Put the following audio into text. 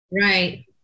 Right